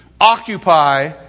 occupy